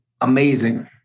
amazing